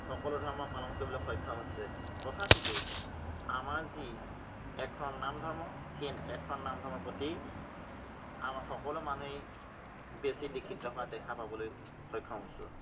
সকলো ধৰ্ম পালন কৰিবলৈ সক্ষম হৈছে তথাপিতো আমাৰ যি এক শৰণ নাম ধৰ্ম সেই এক শৰণ নাম ধৰ্মৰ প্ৰতি আমাৰ সকলো মানুহেই বেছি দীক্ষিত হোৱা দেখা পাবলৈ সক্ষম হৈছোঁ